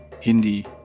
Hindi